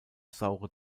saure